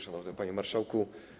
Szanowny Panie Marszałku!